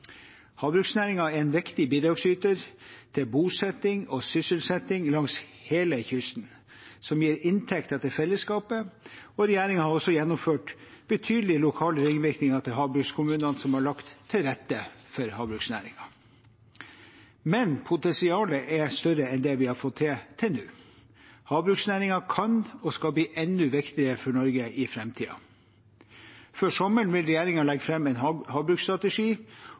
en viktig bidragsyter til bosetting og sysselsetting langs hele kysten som gir inntekter til fellesskapet. Regjeringen har også gjennomført betydelige lokale ringvirkninger til havbrukskommunene, som har lagt til rette for havbruksnæringen. Men potensialet er større enn det vi har fått til til nå. Havbruksnæringen kan og skal bli enda viktigere for Norge i framtiden. Før sommeren vil regjeringen legge fram en havbruksstrategi,